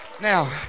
Now